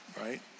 Right